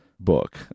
Book